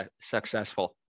successful